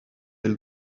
elle